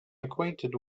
acquainted